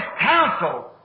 counsel